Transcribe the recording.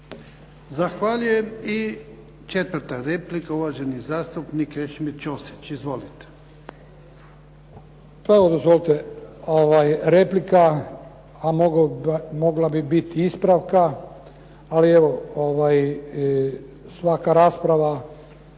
Zahvaljujem. I 4. replika, uvaženi zastupnik Krešimir Ćosić. Izvolite.